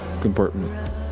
compartment